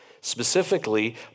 Specifically